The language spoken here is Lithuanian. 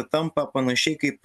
tampa panašiai kaip